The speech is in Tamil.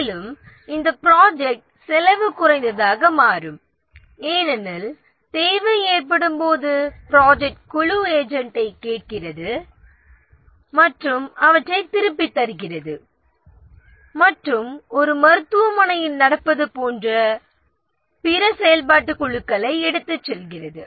மேலும் இந்த ப்ராஜெக்ட் செலவு குறைந்ததாக மாறும் ஏனெனில் தேவை ஏற்படும் போது ப்ராஜெக்ட் குழு ஏஜென்ட்டை கேட்கிறது மற்றும் அவற்றை திருப்பித் தருகிறது மற்றும் ஒரு மருத்துவமனையில் நடப்பது போன்ற பிற செயல்பாட்டுக் குழுக்களை எடுத்துச் செல்கிறது